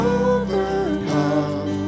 overcome